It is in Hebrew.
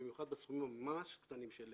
במיוחד כשמדובר בסכומים ממש קטנים כגון